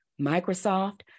Microsoft